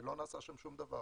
ולא נעשה שם שום דבר.